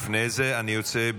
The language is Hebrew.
לפני זה אני רוצה,